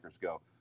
go